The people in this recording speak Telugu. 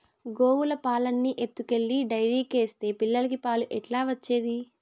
గోవుల పాలన్నీ ఎత్తుకెళ్లి డైరీకేస్తే పిల్లలకి పాలు ఎట్లా వచ్చేది